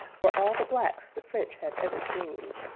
were all the blacks the french had ever seen.